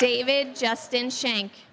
david just in shank